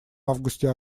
августе